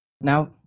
Now